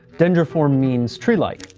dendriform means tree like.